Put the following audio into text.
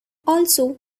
also